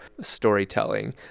storytelling